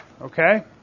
Okay